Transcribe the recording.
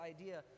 idea